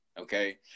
okay